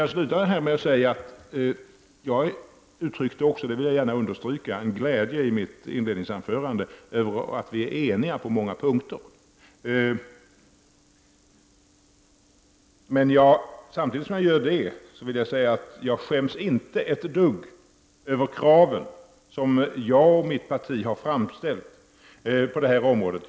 Jag avslutar detta med att säga att jag vill understryka att jag i mitt inledningsanförande uttryckte en glädje över att vi är eniga på många punkter. Samtidigt vill jag emellertid säga att jag inte skäms ett dugg över de krav som jag och mitt parti har framställt på det här området.